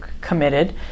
committed